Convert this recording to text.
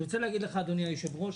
אני רוצה להגיד לך אדוני היושב-ראש,